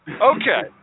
Okay